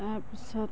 তাৰ পিছত